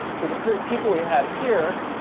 because the people we had here,